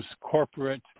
corporate